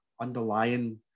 underlying